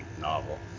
novel